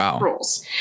rules